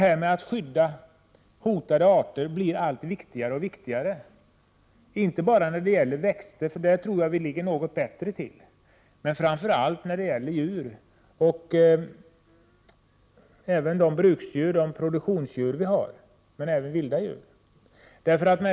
Skyddet av hotade arter blir allt viktigare, inte bara när det gäller växter, där läget är något bättre, utan framför allt också när det gäller djur, såväl bruksdjur och produktionsdjur som vilda djur.